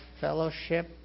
fellowship